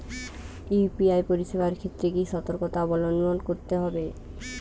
UPI পরিসেবার ক্ষেত্রে কি সতর্কতা অবলম্বন করতে হবে?